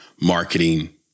marketing